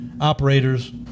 operators